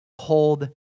Hold